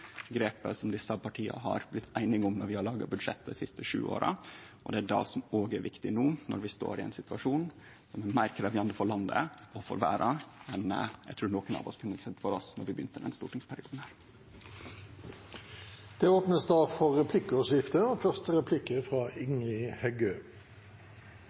grepet som desse partia har blitt einige om når dei har laga budsjett dei siste sju åra, og det er det som er viktig no når vi står i ein situasjon som er meir krevjande for landet og for verda enn eg trur nokon av oss kunne sjå for seg då denne stortingsperioden begynte.